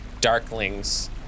Darklings